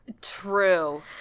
true